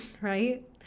right